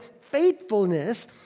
faithfulness